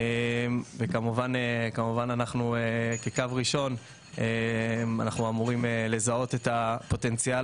אנחנו כקו ראשון אמורים לזהות את הפוטנציאל